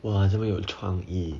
哇这么有创意